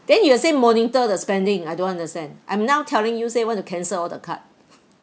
then you will say monitor the spending I don't understand and I'm now telling you say want to cancel all the card